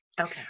Okay